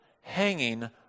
hanging